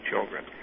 children